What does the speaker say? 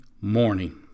morning